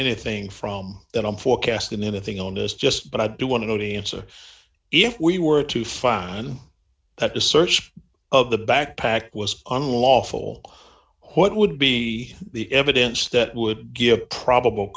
anything from that i'm forecasting anything on this just but i do want to go to the answer if we were to find that the search of the backpack was unlawful what would be the evidence that would give probable